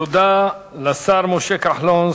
תודה לשר התקשורת משה כחלון,